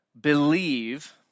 believe